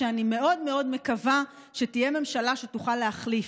שאני מאוד מאוד מקווה שתהיה ממשלה שתוכל להחליף,